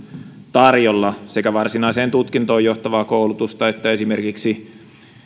tarjolla sekä varsinaiseen tutkintoon johtavaa koulutusta että esimerkiksi